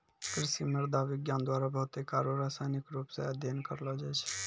कृषि मृदा विज्ञान द्वारा भौतिक आरु रसायनिक रुप से अध्ययन करलो जाय छै